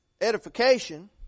edification